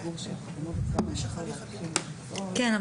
אף אחד --- כן,